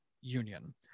union